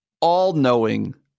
all-knowing